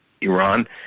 Iran